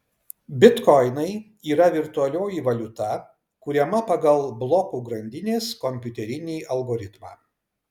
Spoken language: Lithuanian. bitkoinai yra virtualioji valiuta kuriama pagal blokų grandinės kompiuterinį algoritmą